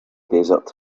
desert